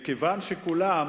מכיוון שכולם,